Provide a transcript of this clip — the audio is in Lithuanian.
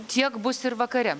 tiek bus ir vakare